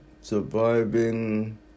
Surviving